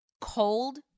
cold